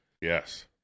Yes